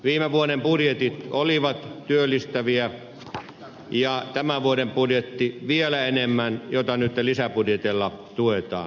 viime vuoden budjetit olivat työllistäviä ja vielä enemmän tämän vuoden budjetti jota nyt lisäbudjetilla tuetaan